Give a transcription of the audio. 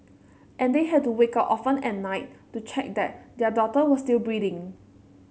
and they had to wake up often at night to check that their daughter was still breathing